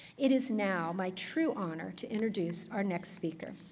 it is now my true honor to introduce our next speaker.